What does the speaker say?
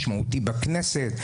משמעותי בכנסת,